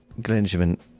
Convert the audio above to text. Glenjamin